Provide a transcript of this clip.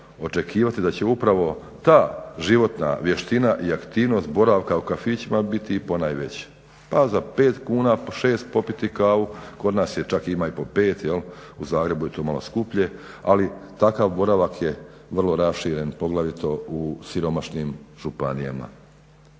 očekivati da će upravo ta životna vještina i aktivnost boravka u kafićima biti ponajveća pa za 5 kuna, 6 popiti kavu. Kod nas je čak ima i po 5. U Zagrebu je to malo skuplje, ali takav boravak je vrlo raširen poglavito u siromašnim županijama.